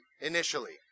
initially